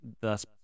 thus